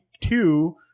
Two